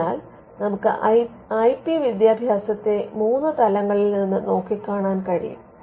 അതിനാൽ നമുക്ക് I P വിദ്യാഭ്യാസത്തെ മൂന്ന് തലങ്ങളിൽ നിന്ന് നോക്കിക്കാണാൻ സാധിക്കും